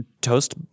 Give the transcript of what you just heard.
Toast